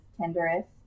tenderest